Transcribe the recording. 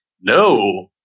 no